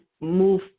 move